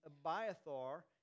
Abiathar